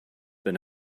been